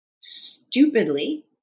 stupidly